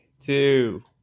two